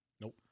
nope